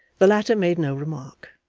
the latter made no remark,